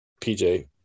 PJ